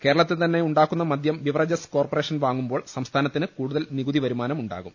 കേരളത്തിൽതന്നെ ഉണ്ടാക്കുന്ന മദ്യം beverages corporation വാങ്ങുമ്പോൾ സംസ്ഥാനത്തിന് കൂടുതൽ നികുതി വരുമാനം ഉണ്ടാകും